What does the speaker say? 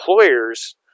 employers